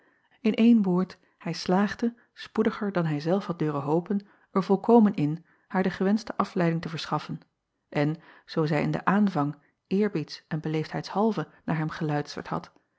in één woord hij slaagde spoediger dan hij zelf had durven hopen er volkomen in haar de gewenschte afleiding te verschaffen en zoo zij in den aanvang eerbieds en beleefdheidshalve naar hem geluisterd had